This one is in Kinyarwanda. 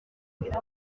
intege